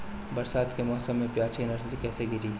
बरसात के मौसम में प्याज के नर्सरी कैसे गिरी?